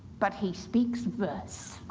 but he speaks verse.